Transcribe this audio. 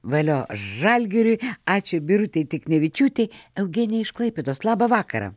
valio žalgiriui ačiū birutei tiknevičiūtei eugenija iš klaipėdos labą vakarą